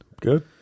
Good